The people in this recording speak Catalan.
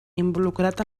involucrat